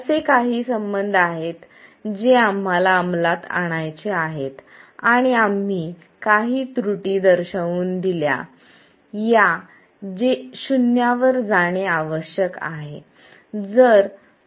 असे काही संबंध आहेत जे आम्हाला अंमलात आणायचे आहेत आणि आम्ही काही त्रुटी दर्शवून दिल्या या जे शून्यावर जाणे आवश्यक आहे